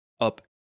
up